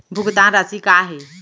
भुगतान राशि का हे?